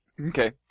Okay